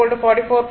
7 44